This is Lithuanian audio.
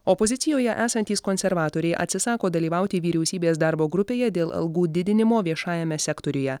opozicijoje esantys konservatoriai atsisako dalyvauti vyriausybės darbo grupėje dėl algų didinimo viešajame sektoriuje